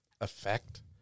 effect